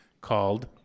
called